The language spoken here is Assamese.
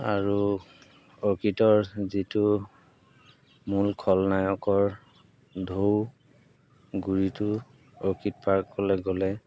আৰু অৰ্কিডৰ যিটো মূল খলনায়কৰ ঢৌ গুৰিটো অৰ্কিড পাৰ্কলৈ গ'লে